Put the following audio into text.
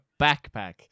backpack